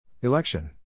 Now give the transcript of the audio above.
Election